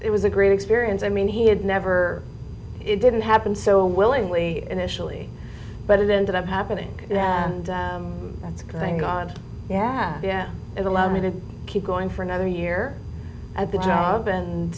it was a great experience i mean he had never it didn't happen so willingly initially but it ended up happening and that's good thank god yeah yeah it allowed me to keep going for another year at the job and